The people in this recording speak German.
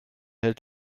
hält